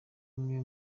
amwe